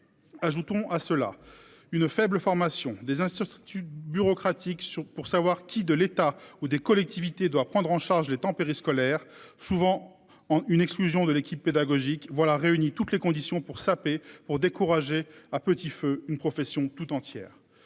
Ajoutons à cela une faible formation des incertitudes bureaucratique sur pour savoir qui de l'État ou des collectivités doivent prendre en charge les temps périscolaires souvent en une exclusion de l'équipe pédagogique voilà réuni toutes les conditions pour saper pour décourager à petit feu une profession toute entière.